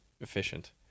efficient